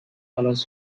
خلاص